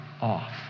off